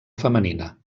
femenina